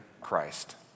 Christ